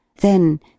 Then